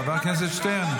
חבר הכנסת שטרן,